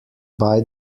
buy